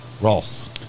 Ross